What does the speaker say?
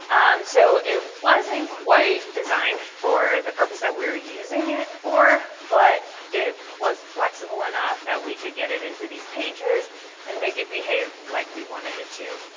so it wasn't quite designed for the purpose that we were using it for, but it was flexible enough that we could get it into these pages and make it behave like we wanted it to.